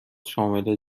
شامل